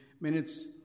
minutes